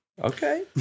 okay